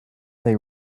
they